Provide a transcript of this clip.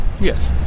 Yes